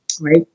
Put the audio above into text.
right